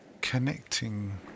connecting